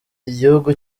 igihugu